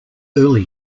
early